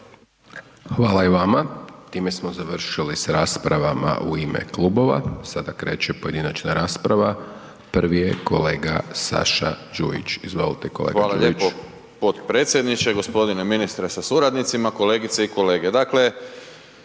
Hvala i vama. Time smo završili s raspravama u ime klubova. Sada kreće pojedinačna rasprava, prvi je kolega Saša Đujić. Izvolite kolega Đujić. **Đujić, Saša (SDP)** Hvala lijepo potpredsjedniče. Gospodine ministre sa suradnicima, kolegice i kolege,